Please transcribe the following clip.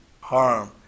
harm